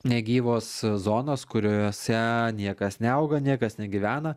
negyvos zonos kuriose niekas neauga niekas negyvena